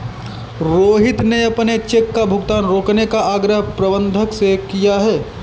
रोहित ने अपने चेक का भुगतान रोकने का आग्रह प्रबंधक से किया है